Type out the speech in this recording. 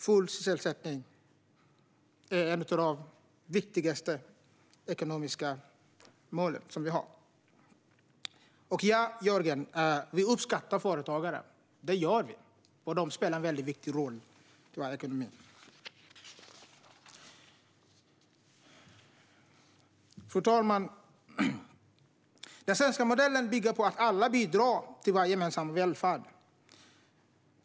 Full sysselsättning är ett av de viktigaste ekonomiska målen. Jo, Jörgen Warborn, vi uppskattar företagare. De spelar en viktig roll i vår ekonomi. Fru talman! Den svenska modellen bygger på att alla bidrar till vår gemensamma välfärd.